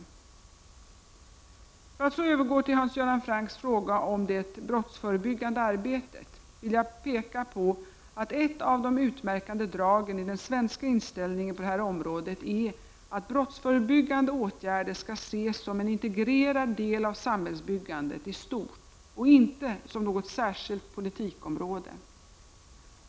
För att så övergå till Hans Göran Francks fråga om det brottsförebyggande arbetet, vill jag peka på att ett av de utmärkande dragen i den svenska inställningen på det här området är att brottsförebyggande åtgärder skall ses som en integrerad del av samhällsbyggandet i stort och inte som något politikområde.